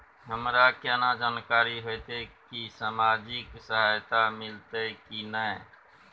हमरा केना जानकारी होते की सामाजिक सहायता मिलते की नय?